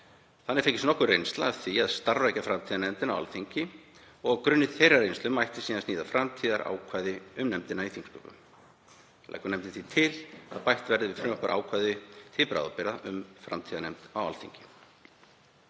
Þannig fengist nokkur reynsla af því að starfrækja framtíðarnefnd á Alþingi og á grunni þeirrar reynslu mætti sníða framtíðarákvæði um nefndina í þingsköpum. Leggur nefndin því til að bætt verði við frumvarpið ákvæði til bráðabirgða um framtíðarnefnd á Alþingi.